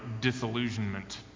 disillusionment